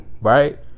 right